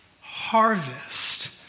harvest